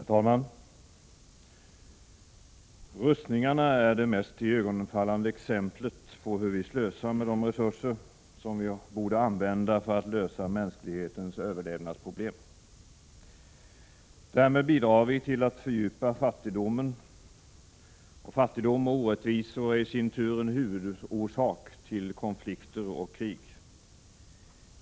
Herr talman! Rustningarna är det mest iögonenfallande exemplet på hur vi slösar med de resurser som vi borde använda för att lösa mänsklighetens överlevnadsproblem. Därmed bidrar vi till att fördjupa fattigdomen, och fattigdom och orättvisor är i sin tur en huvudorsak till konflikter och krig.